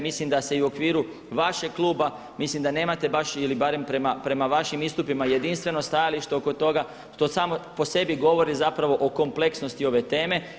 Mislim da se i u okviru vašeg kluba, mislim da nemate baš, ili barem prema vašim istupima jedinstveno stajalište oko toga što samo po sebi govori zapravo o kompleksnosti ove teme.